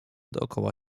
dokoła